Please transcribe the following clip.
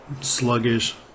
sluggish